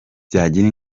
byagira